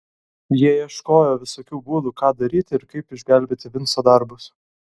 jie ieškojo visokių būdų ką daryti ir kaip išgelbėti vinco darbus